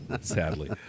Sadly